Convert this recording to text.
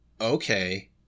okay